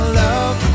love